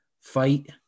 fight